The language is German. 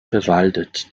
bewaldet